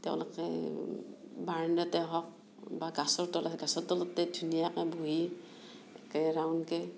তেওঁলোকে বাৰেণ্ডাতে হওক বা গছৰ তল গছৰ তলতে ধুনীয়াকৈ বহি একে ৰাউণ্ডকৈ